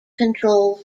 control